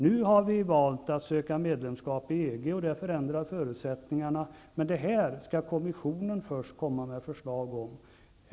Nu har vi valt att söka medlemskap i EG, och det förändrar förutsättningarna, men det här skall kommissionen först komma med förslag om.